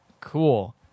Cool